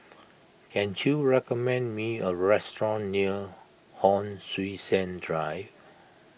can you recommend me a restaurant near Hon Sui Sen Drive